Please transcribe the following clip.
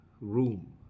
room